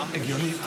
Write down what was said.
הגיונית,